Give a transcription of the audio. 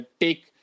take